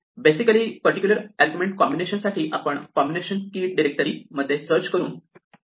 basically particular argument combination साठी आपण combination key directory मध्ये सर्च करून रिटर्न करतो